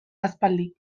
aspaldi